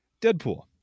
Deadpool